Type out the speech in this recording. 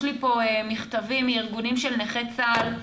יש לי פה מכתבים מארגונים של נכי צה"ל,